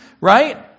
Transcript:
right